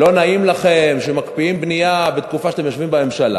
לא נעים לכם שמקפיאים בנייה בתקופה שאתם יושבים בממשלה.